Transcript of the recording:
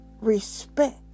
respect